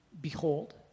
behold